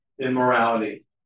immorality